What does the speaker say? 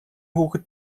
хүүхэд